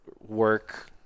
work